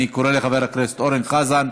אני קורא לחבר הכנסת אורן חזן.